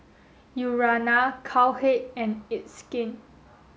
Urana Cowhead and it's skin